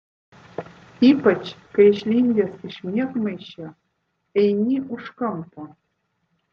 ypač kai išlindęs iš miegmaišio eini už kampo